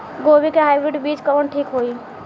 गोभी के हाईब्रिड बीज कवन ठीक होई?